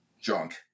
junk